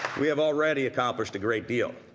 we have already accomplished a great deal,